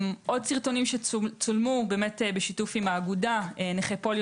עוד סרטונים שצולמו בשיתוף עם האגודה נכי פוליו